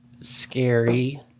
scary